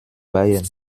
bayern